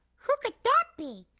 who could that be?